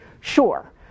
Sure